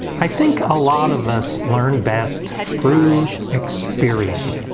i think a lot of us learn best through experience.